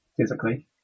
physically